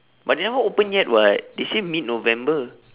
but they never open yet [what] they say mid november